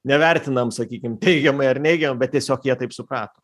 nevertinam sakykim teigiamai ar neigiamai bet tiesiog jie taip suprato